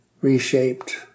reshaped